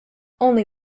only